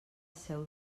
seu